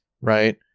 right